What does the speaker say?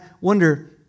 wonder